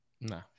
No